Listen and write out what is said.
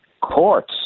courts